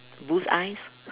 bullseyes